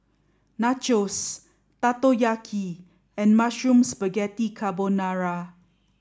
Nachos Takoyaki and Mushroom Spaghetti Carbonara